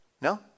No